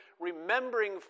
remembering